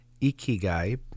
Ikigai